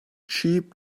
cheap